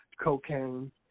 cocaine